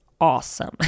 awesome